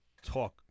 talk